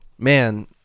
Man